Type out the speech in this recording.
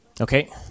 Okay